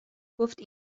گفت